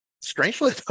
strangely